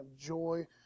joy